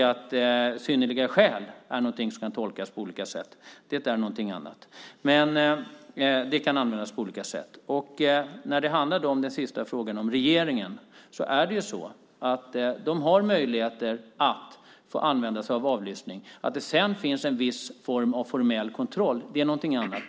Att "synnerliga skäl" är någonting som kan tolkas på olika sätt, det är någonting annat. Det kan användas på olika sätt. När det handlar om den sista frågan om regeringen är det så att den har möjligheter att få använda sig av avlyssning. Att det sedan finns en viss form av formell kontroll, det är någonting annat.